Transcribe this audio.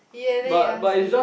ya then he ask you